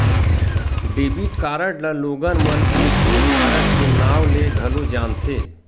debit card ल लोगन मन ए.टी.एम कारड के नांव ले घलो जानथे